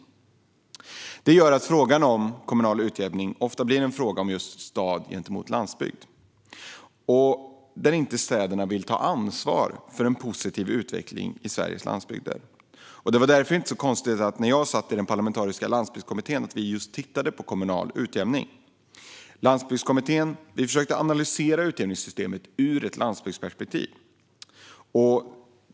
Detta gör att frågan om kommunal utjämning ofta blir en fråga om stad gentemot landsbygd - städerna vill inte ta ansvar för en positiv utveckling på Sveriges landsbygd. Därför var det inte konstigt att vi när jag satt i den parlamentariska landsbygdskommittén tittade på just kommunal utjämning. Landsbygdskommittén försökte analysera utjämningssystemet ur ett landsbygdsperspektiv.